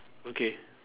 okay